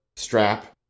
Strap